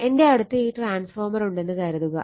എൻ്റെ അടുത്ത് ഈ ട്രാൻസ്ഫോർമർ ഉണ്ടെന്ന് കരുതുക